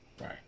right